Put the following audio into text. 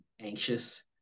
anxious